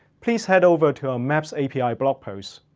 please head over to our maps api blog post.